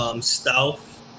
Stealth